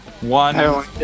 One